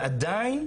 עדיין,